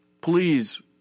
Please